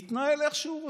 מתנהל איך שהוא רוצה.